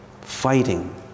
fighting